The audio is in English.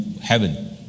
heaven